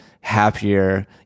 happier